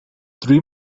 three